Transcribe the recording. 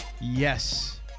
yes